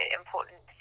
important